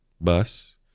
bus